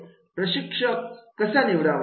म्हणजे प्रशिक्षक कसा निवडावा